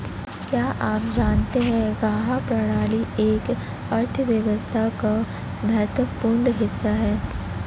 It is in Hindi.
क्या आप जानते है खाद्य प्रणाली एक अर्थव्यवस्था का महत्वपूर्ण हिस्सा है?